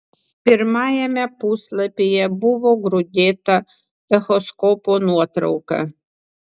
pirmajame puslapyje buvo grūdėta echoskopo nuotrauka